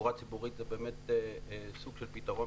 תחבורה ציבורית היא באמת סוג של פתרון,